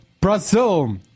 Brazil